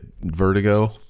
vertigo